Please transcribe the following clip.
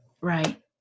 right